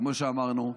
כמו שאמרנו,